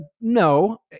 No